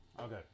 Okay